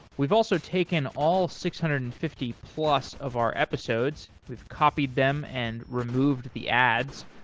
we've also taken all six hundred and fifty plus of our episodes. we've copied them and removed the ads,